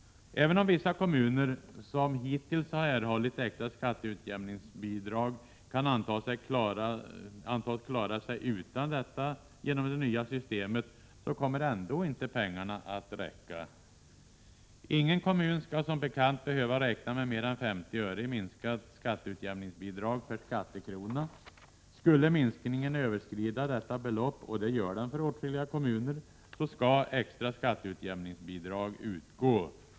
Även om vissa kommuner som hittills har erhållit extra skatteutjämningsbidrag kan antas klara sig utan detta genom det nya systemet kommer pengarna ändå inte att räcka. Ingen kommun skall som bekant behöva räkna med mer än 50 öre i minskat skatteutjämningsbidrag per skattekrona. Skulle minskningen överskrida detta belopp — och det gör den för åtskilliga kommuner -— skall extra skatteutjämningsbidrag utgå.